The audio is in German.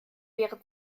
wäre